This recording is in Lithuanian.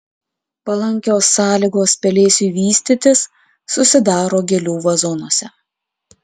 palankios sąlygos pelėsiui vystytis susidaro gėlių vazonuose